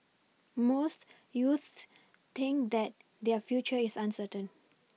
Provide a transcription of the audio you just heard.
most youths think that their future is uncertain